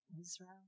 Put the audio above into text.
Israel